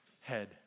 head